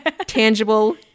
tangible